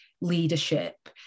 leadership